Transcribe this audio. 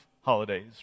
holidays